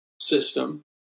system